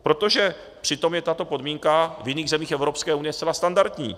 Protože přitom je tato podmínka v jiných zemích Evropské unie zcela standardní.